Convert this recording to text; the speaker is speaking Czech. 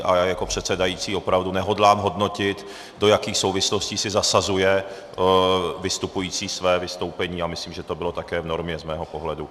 A já jako předsedající opravdu nehodlám hodnotit, do jakých souvislostí si zasazuje vystupující své vystoupení, a myslím, že to bylo také v normě z mého pohledu.